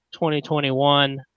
2021